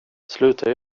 sluta